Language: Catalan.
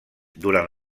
durant